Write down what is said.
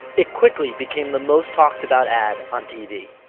it quickly became the most talked about ad on tv